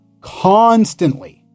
Constantly